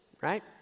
right